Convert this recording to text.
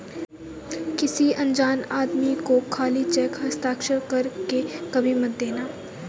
किसी अनजान आदमी को खाली चेक हस्ताक्षर कर के कभी मत देना